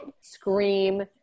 Scream